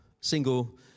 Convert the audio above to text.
single